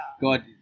God